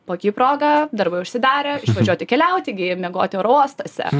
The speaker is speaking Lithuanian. puiki proga darbai užsidarė išvažiuoti keliauti miegoti oro uostuose